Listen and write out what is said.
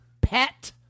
pet